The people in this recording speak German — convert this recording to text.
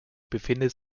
befindet